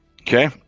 Okay